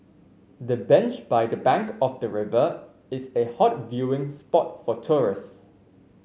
the bench by the bank of the river is a hot viewing spot for tourists